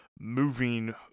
moving